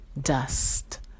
dust